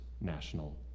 national